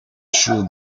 should